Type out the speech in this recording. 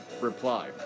Reply